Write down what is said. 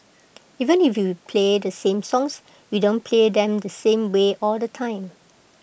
even if we play the same songs we don't play them the same way all the time